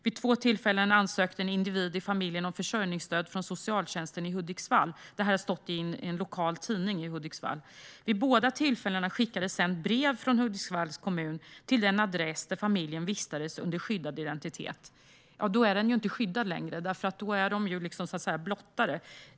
Vid två tillfällen ansökte en individ i en familj om försörjningsstöd från socialtjänsten i Hudiksvall; detta har stått i en lokal tidning i Hudiksvall. Vid båda tillfällena skickades sedan brev från Hudiksvalls kommun till den adress där familjen vistades under skyddad identitet. Då är den ju inte skyddad längre, för då är de blottade i sin tillvaro.